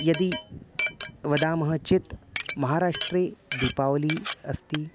यदि वदामः चेत् महाराष्ट्रे दीपावली अस्ति